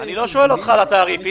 אני לא שואל אותך על התעריף.